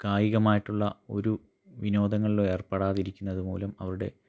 കായികമായിട്ടുള്ള ഒരു വിനോദങ്ങളിലും ഏർപ്പെടാതിരിക്കുന്നത് മൂലം അവരുടെ